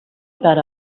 about